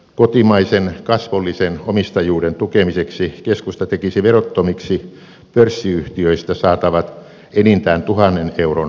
kotimaisen kasvollisen omistajuuden tukemiseksi keskusta tekisi verottomiksi pörssiyhtiöistä saatavat enintään tuhannen euron osinkotulot